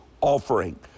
offering